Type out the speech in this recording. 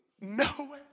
No